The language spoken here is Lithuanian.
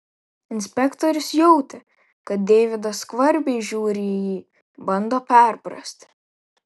inspektorius jautė kad deividas skvarbiai žiūri į jį bando perprasti